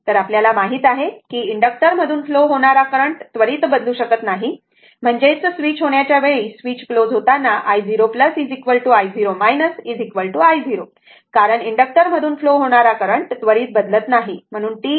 तर आपल्याला माहित आहे कि इनडक्टर मधून फ्लो होणार करंट त्वरित बदलू शकत नाही म्हणजेच स्विच होण्याच्या वेळी स्विच क्लोज होतांना i0 i0 i0 कारण इनडक्टर मधून फ्लो होणारा करंट त्वरित बदलू शकत नाही